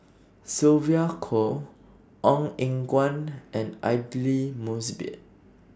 Sylvia Kho Ong Eng Guan and Aidli Mosbit